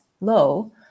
low